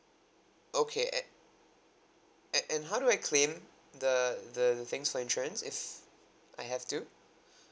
okay and and and how do I claim the the the thing for insurance if I have to